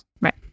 Right